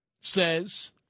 says